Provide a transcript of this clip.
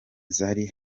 zari